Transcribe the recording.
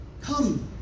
Come